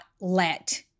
let